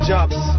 Jobs